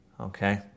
Okay